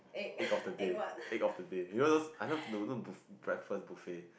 egg of the day egg of the day you know those I love no not buf~ breakfast buffet